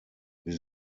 wir